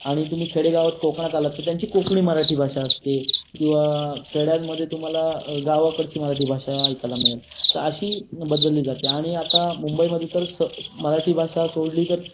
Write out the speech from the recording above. आणि तुम्ही खेडे गावात कोकणात आलात तर त्यांची कोकणी मराठी भाषा असते किंवा खेड्यांमध्ये तुम्हाला गावाकडची मराठी भाषा ऐकायला मिळेल तर अशी बदली जाते आणि आता मुंबईमध्ये तर स स मराठी भाषा सोडली तर